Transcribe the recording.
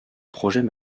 projets